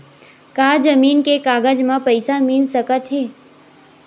का जमीन के कागज म पईसा मिल सकत हे?